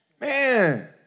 Man